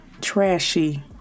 trashy